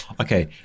Okay